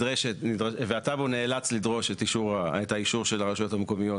והטאבו נאלץ לדרוש את האישור של הרשויות המקומיות